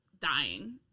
dying